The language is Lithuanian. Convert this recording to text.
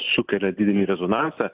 sukelia didelį rezonansą